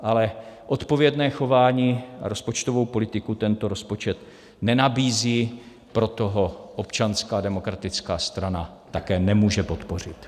Ale odpovědné chování a rozpočtovou politiku tento rozpočet nenabízí, proto ho Občanská demokratická strana také nemůže podpořit.